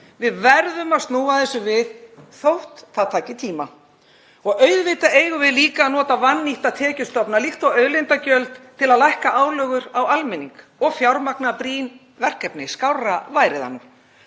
Við verðum að snúa þessu við þótt það taki tíma. Auðvitað eigum við líka að nota vannýtta tekjustofna líkt og auðlindagjöld til að lækka álögur á almenning og fjármagna brýn verkefni. Skárra væri